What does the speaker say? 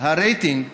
הרייטינג הנמוך,